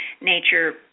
nature